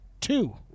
two